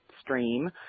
stream